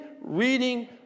reading